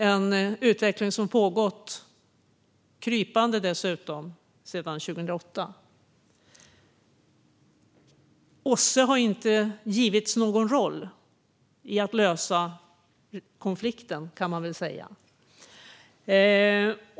Det är en utveckling som dessutom har pågått krypande sedan 2008. OSSE har inte givits någon roll i att lösa konflikten, kan man väl säga.